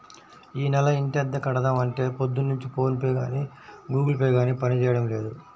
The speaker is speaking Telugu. యీ నెల ఇంటద్దె కడదాం అంటే పొద్దున్నుంచి ఫోన్ పే గానీ గుగుల్ పే గానీ పనిజేయడం లేదు